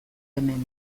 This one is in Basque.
hemen